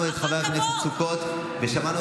חברי הכנסת, שנייה.